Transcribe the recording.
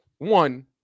One